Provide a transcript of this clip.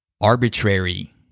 Arbitrary